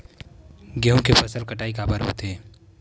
गेहूं के फसल कटाई काबर होथे?